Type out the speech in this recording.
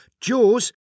Jaws